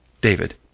David